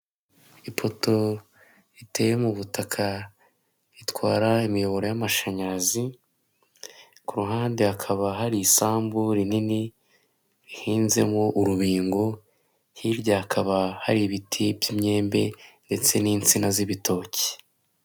Ipoto riteye mu butaka ritwara imiyoboro y'amashanyarazi, ku ruhande hakaba hari isambu rinini rihinzemo urubingo, hirya hakaba hari ibiti by'imyembe ndetse n'insina z'ibitoki.